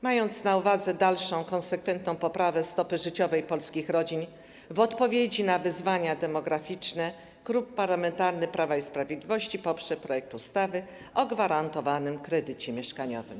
Mając na uwadze dalszą konsekwentną poprawę stopy życiowej polskich rodzin, w odpowiedzi na wyzwania demograficzne Klub Parlamentarny Prawo i Sprawiedliwość poprze projekt ustawy o gwarantowanym kredycie mieszkaniowym.